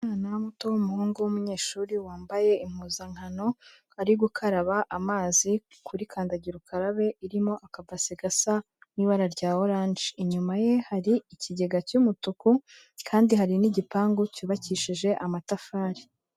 Umwana muto w'umuhungu w'umunyeshuri, wambaye impuzankano ari gukaraba amazi kuri kandagira ukarabe irimo akabasi gasa n'ibara rya oranje, inyuma ye hari ikigega cy'umutuku kandi hari n'igipangu cyubakishije amatafari.